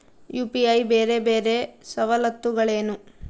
UPI ಬೇರೆ ಬೇರೆ ಸವಲತ್ತುಗಳೇನು?